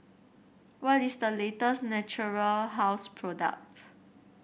what is the latest Natura House product